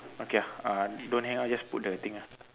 okay ah uh don't hang up just put the thing ah